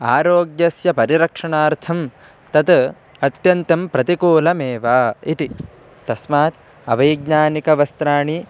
आरोग्यस्य परिरक्षणार्थं तत् अत्यन्तं प्रतिकूलमेव इति तस्मात् अवैज्ञानिकवस्त्राणि